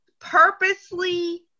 purposely